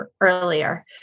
earlier